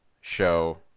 show